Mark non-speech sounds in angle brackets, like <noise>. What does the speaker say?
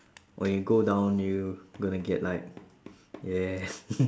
when you go down you gonna get like yeah <laughs>